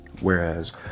whereas